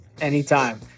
Anytime